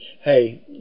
hey